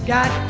Got